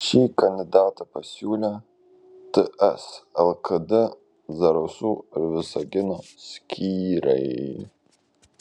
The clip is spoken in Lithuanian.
šį kandidatą pasiūlė ts lkd zarasų ir visagino skyriai